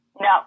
No